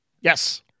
Yes